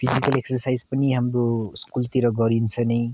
physical exercise पनि हाम्रो स्कुलतिर गरिन्छ नै